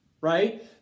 Right